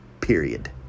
Period